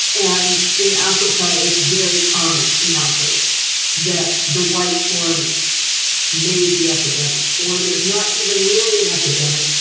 and in africa, it's very common in outbreaks that the white foreigners made the epidemic or there's not even really an epidemic.